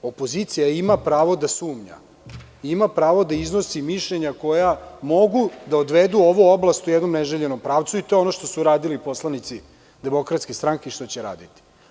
Opozicija ima pravo da sumnja i ima pravo da iznosi mišljenja koja mogu da odvedu ovu oblast u jednom neželjenom pravcu i to je ono što su radili poslanici DS i što će raditi.